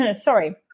sorry